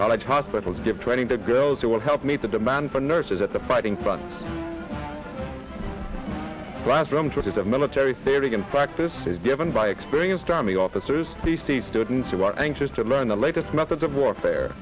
college hospitals give training to girls who will help meet the demand for nurses at the fighting fund drive from what is a military theory and practice is given by experienced army officers p c students who are anxious to learn the latest methods of warfare